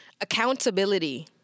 Accountability